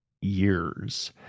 years